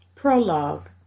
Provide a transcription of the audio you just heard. Prologue